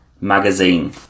magazine